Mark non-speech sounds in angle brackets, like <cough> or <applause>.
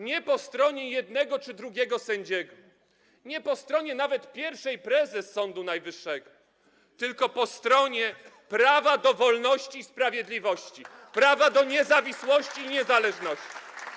Nie po stronie jednego czy drugiego sędziego, nawet nie po stronie pierwszej prezes Sądu Najwyższego, tylko po stronie prawa do wolności i sprawiedliwości, <applause> prawa do niezawisłości i niezależności.